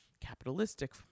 capitalistic